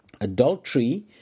Adultery